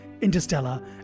Interstellar